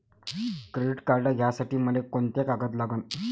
Credit card घ्यासाठी मले कोंते कागद लागन?